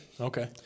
Okay